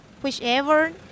whichever